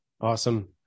awesome